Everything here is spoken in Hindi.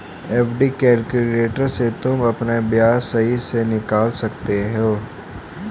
एफ.डी कैलक्यूलेटर से तुम अपना ब्याज सही से निकाल सकते हो